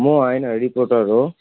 म होइन रिपोर्टर हो